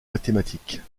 mathématiques